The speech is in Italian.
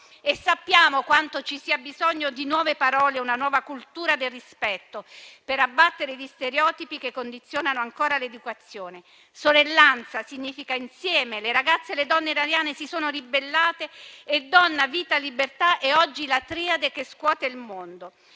E sappiamo quanto ci sia bisogno di nuove parole e di una nuova cultura del rispetto per abbattere gli stereotipi che condizionano ancora l'educazione. Sorellanza significa che insieme le ragazze e le donne iraniane si sono ribellate e «donna, vita, libertà» è oggi la triade che scuote il mondo.